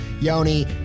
yoni